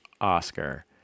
Oscar